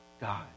God